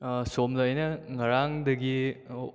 ꯁꯣꯝꯗ ꯑꯩꯅ ꯉꯔꯥꯡꯗꯒꯤ